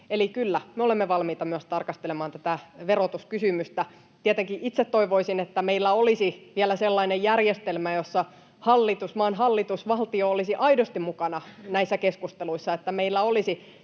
Eli kyllä, me olemme valmiita myös tarkastelemaan tätä verotuskysymystä. Tietenkin itse toivoisin, että meillä olisi vielä sellainen järjestelmä, jossa maan hallitus, valtio, olisi aidosti mukana näissä keskusteluissa, että meillä olisi